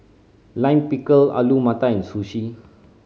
Lime Pickle Alu Matar and Sushi